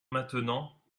maintenant